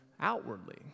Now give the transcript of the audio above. outwardly